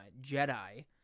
Jedi